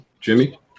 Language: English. Jimmy